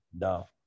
No